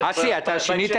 פניתי בהקשר הזה,